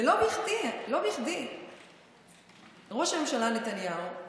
ולא בכדי ראש הממשלה נתניהו,